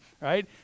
right